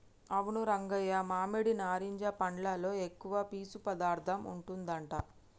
అవును రంగయ్య మామిడి నారింజ పండ్లలో ఎక్కువ పీసు పదార్థం ఉంటదట